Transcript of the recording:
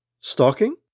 Stalking